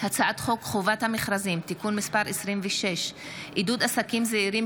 הצעת חוק חובת המכרזים (תיקון מס' 26) (עידוד עסקים זעירים,